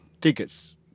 tickets